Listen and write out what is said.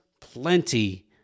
plenty